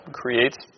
creates